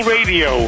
Radio